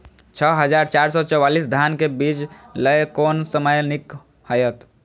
छः हजार चार सौ चव्वालीस धान के बीज लय कोन समय निक हायत?